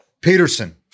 Peterson